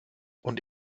und